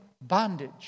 bondage